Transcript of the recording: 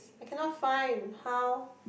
I cannot find how